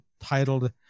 titled